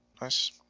Nice